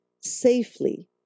safely